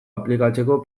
aplikatzeko